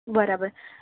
બરાબર